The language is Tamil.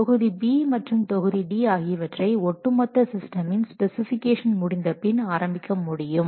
தொகுதி B மற்றும் தொகுதி Dஆகியவற்றை ஒட்டு மொத்த சிஸ்டமின் ஸ்பெசிஃபிகேஷன் முடிந்த பின் ஆரம்பிக்க முடியும்